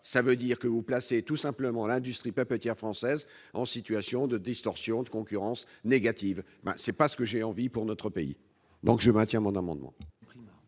À défaut, vous placez tout simplement l'industrie papetière française en situation de distorsion de concurrence négative. Ce n'est pas ce que je souhaite pour mon pays ; je maintiens donc mon amendement.